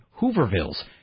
Hoovervilles